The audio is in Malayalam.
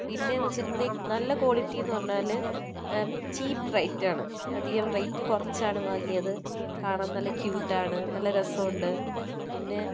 പിന്നെ എന്ന് വെച്ചിട്ടുണ്ടെങ്കിൽ നല്ല ക്വാളിറ്റി എന്ന് പറഞ്ഞാൽ ചീപ്പ് റേറ്റ് ആണ് അധികം റേറ്റ് കുറച്ചാണ് വാങ്ങിയത് കാണാൻ നല്ല ക്യൂട്ട് ആണ് നല്ല രസമുണ്ട് പിന്നെ